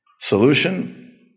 Solution